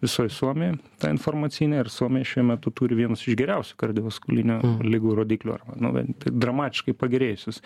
visoj suomijoj ta informacinė ir suomiai šiuo metu turi vienus iš geriausių kardiovaskulinių ligų rodiklių arba nu bent tai dramatiškai pagerėjusius